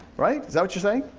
right? is that you're saying?